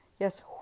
yes